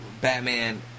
Batman